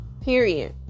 Period